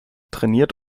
trainiert